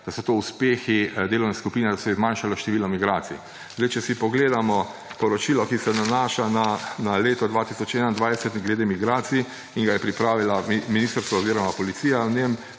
da so to uspehi delovne skupine, da se je zmanjšalo število migracij. Če si pogledamo poročilo, ki se nanaša na leto 2021, glede migracij, ki ga je pripravilo ministrstvo oziroma policija,